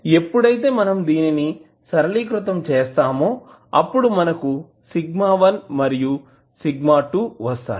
ఎప్పుడైతే మనం దీనిని సరళీకృతం చేస్తామో అప్పుడు మనకు σ1 మరియు σ2 వస్తాయి